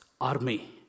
army